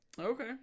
okay